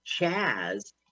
Chaz